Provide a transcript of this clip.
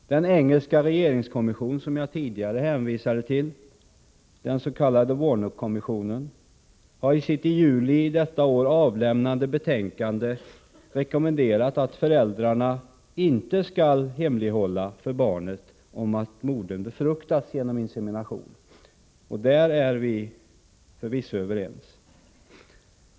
Den engelska regeringskommission som jag tidigare hänvisade till, den s.k. Warner-kommissionen, har i sitt i juli i år avlämnande betänkande rekommenderat att föräldrarna inte skall hemlighålla för barnet att modern befruktats genom insemination. På den punkten är vi förvisso överens.